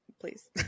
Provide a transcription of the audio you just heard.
Please